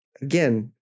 again